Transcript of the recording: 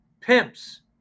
pimps